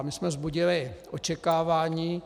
My jsme vzbudili očekávání.